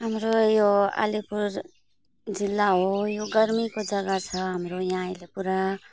हाम्रो यो अलिपुर जिल्ला हो यो गर्मीको जग्गा छ हाम्रो यहाँ अहिले पुरा